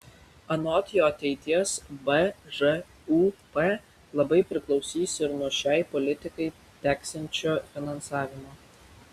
anot jo ateities bžūp labai priklausys ir nuo šiai politikai teksiančio finansavimo